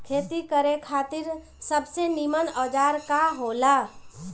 खेती करे खातिर सबसे नीमन औजार का हो ला?